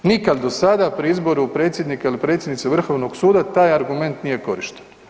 Nikad do sada pri izboru predsjednika ili predsjednice Vrhovnog suda, taj argument nije korišten.